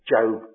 Job